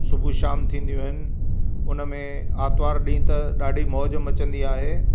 सुबुह शाम थींदियूं आहिनि उनमें आर्तवारु ॾींहुुं त ॾाढी मौज मचंदी आहे